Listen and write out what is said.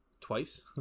twice